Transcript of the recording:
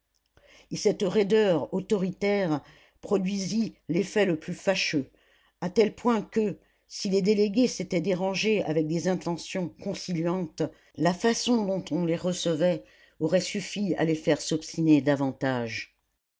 et cette raideur autoritaire produisit l'effet le plus fâcheux à tel point que si les délégués s'étaient dérangés avec des intentions conciliantes la façon dont on les recevait aurait suffi à les faire s'obstiner davantage